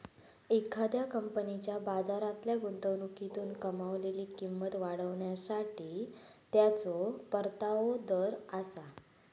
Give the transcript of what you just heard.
एखाद्या कंपनीच्या बाजारातल्या गुंतवणुकीतून कमावलेली किंमत वाढवण्यासाठी त्याचो परतावा दर आसा